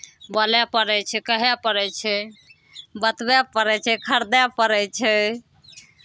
बोलय पड़ै छै कहय पड़ै छै बतबय पड़ै छै खरीदय पड़ै छै